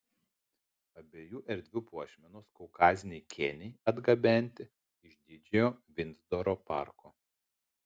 abiejų erdvių puošmenos kaukaziniai kėniai atgabenti iš didžiojo vindzoro parko